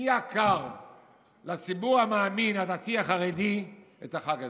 מי עקר לציבור המאמין הדתי החרדי את החג הזה.